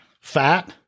Fat